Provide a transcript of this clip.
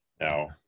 now